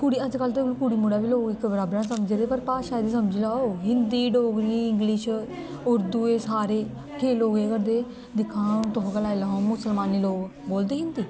कुड़ी अजकल्ल ते कुड़ी मुड़ा बी लोग इक बराबर गै समझदे पर भाशा गी बी समझी लैओ हिन्दी डोगरी इंग्लिश उर्दू एह् सारे केईं लोग केह् करदे दिक्ख हां हून तुस गै लाई लैओ मुस्लमानी लोग बोलदे हिन्दी